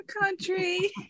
Country